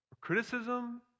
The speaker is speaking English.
criticism